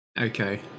Okay